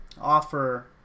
offer